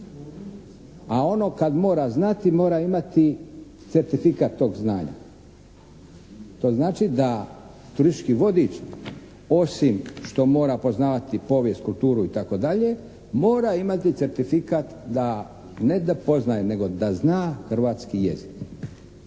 A ono kad mora znati mora imati certifikat tog znanja. To znači da turistički vodič osim što mora poznavati povijest, kulturu itd. mora imati certifikat da ne da poznaje nego da zna hrvatski jezik.